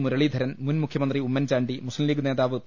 മുരളീധരൻ മുൻ മുഖ്യമന്ത്രി ഉമ്മൻചാണ്ടി മുസ്ലിം ലീഗ് നേതാവ് പി